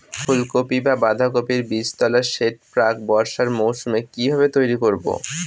ফুলকপি বা বাঁধাকপির বীজতলার সেট প্রাক বর্ষার মৌসুমে কিভাবে তৈরি করব?